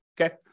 okay